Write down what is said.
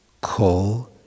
call